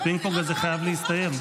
הפינג-פונג הזה חייב להסתיים.